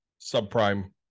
subprime